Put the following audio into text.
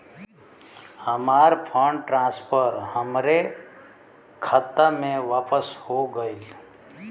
हमार fund transfer हमरे खाता मे वापस हो गईल